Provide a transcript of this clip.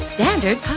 Standard